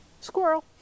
Squirrel